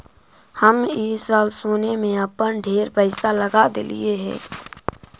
हम ई साल सोने में अपन ढेर पईसा लगा देलिअई हे